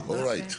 אוקיי.